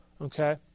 okay